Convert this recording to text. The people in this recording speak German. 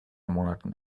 monaten